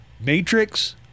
Matrix